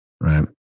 Right